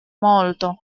molto